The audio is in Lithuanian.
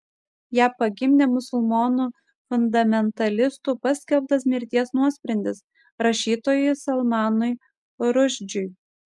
ją pagimdė musulmonų fundamentalistų paskelbtas mirties nuosprendis rašytojui salmanui rušdžiui